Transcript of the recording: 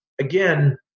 again